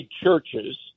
churches